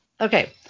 Okay